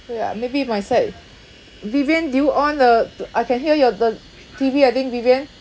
ya maybe my side vivian do you on the th~ I can hear your the T_V I think vivian